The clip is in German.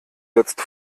jetzt